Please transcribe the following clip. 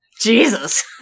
Jesus